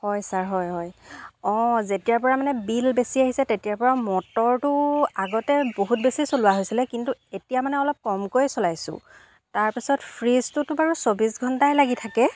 হয় ছাৰ হয় হয় অঁ যেতিয়াৰপৰা মানে বিল বেছি আহিছে তেতিয়াৰপৰা মটৰটো আগতে বহুত বেছি চলোৱা হৈছিলে কিন্তু এতিয়া মানে অলপ কমকৈয়ে চলাইছোঁ তাৰপিছত ফ্ৰীজটোতো বাৰু চৌবিছ ঘণ্টাই লাগি থাকে